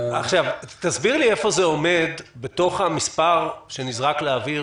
תסביר לי איפה זה עומד בתוך המספר שנזרק לאוויר